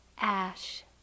ash